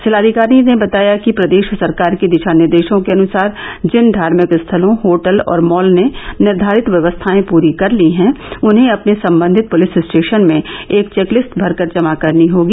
जिलाधिकारी ने बताया कि प्रदेश सरकार के दिशा निर्देशों के अनुसार जिन धार्मिक स्थलों होटल और मॉल ने निर्घारित व्यवस्थाएं पूरी कर ली हैं उन्हें अपने संबंधित पुलिस स्टेशन में एक चेक लिस्ट भरकर जमा करनी होगी